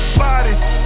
bodies